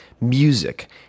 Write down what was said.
music